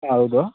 ಹಾಂ ಹೌದು